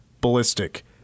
ballistic